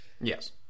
Yes